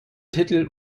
titel